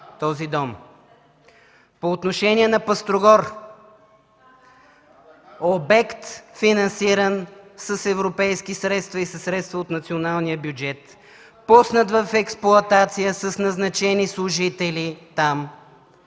По отношение на Пъстрогор – обект, финансиран с европейски средства и със средства от националния бюджет, пуснат в експлоатация с назначени служители там,